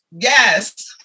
yes